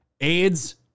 AIDS